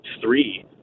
three